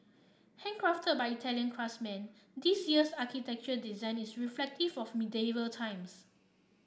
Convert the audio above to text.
handcrafted by Italian craftsmen this year's architecture design is reflective of medieval times